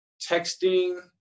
texting